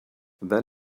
then